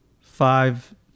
five